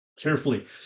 carefully